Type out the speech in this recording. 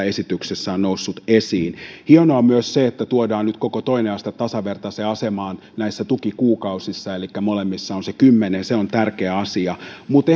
esityksessä on noussut esiin hienoa on myös se että tuodaan nyt koko toinen aste tasavertaiseen asemaan näissä tukikuukausissa elikkä molemmissa on se kymmenen se on tärkeä asia mutta